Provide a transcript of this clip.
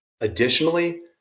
Additionally